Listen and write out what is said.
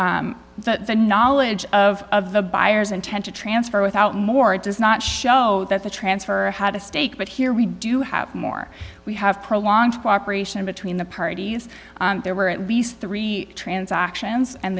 joined the the knowledge of the buyers intent to transfer without more does not show that the transfer had a stake but here we do have more we have prolonged cooperation between the parties there were at least three transactions and